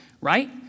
right